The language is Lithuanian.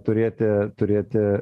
turėti turėti